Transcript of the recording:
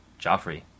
Joffrey